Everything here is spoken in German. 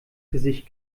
gesicht